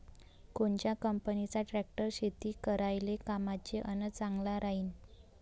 कोनच्या कंपनीचा ट्रॅक्टर शेती करायले कामाचे अन चांगला राहीनं?